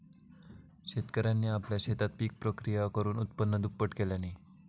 शेतकऱ्यांनी आपल्या शेतात पिक प्रक्रिया करुन उत्पन्न दुप्पट केल्यांनी